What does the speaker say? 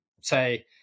say